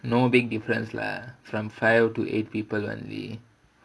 no big difference lah from five to eight people only